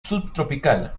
subtropical